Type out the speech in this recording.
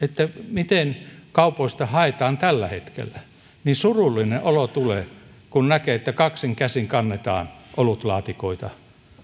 miten kaupoista haetaan tällä hetkellä niin surullinen olo tulee kun näkee että kaksin käsin kannetaan olutlaatikoita